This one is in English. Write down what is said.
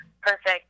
perfect